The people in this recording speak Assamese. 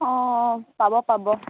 অঁ পাব পাব